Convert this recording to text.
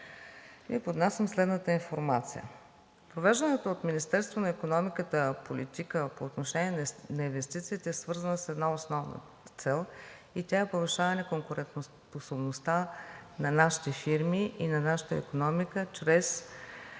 поднасям следната информация: провежданата от Министерството на икономиката политика по отношение на инвестициите е свързана с една основна цел и тя е повишаване конкурентоспособността на нашите фирми и на нашата икономика чрез